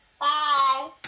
Bye